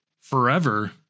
forever